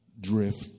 drift